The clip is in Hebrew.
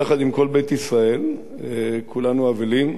יחד עם כל בית ישראל כולנו אבלים,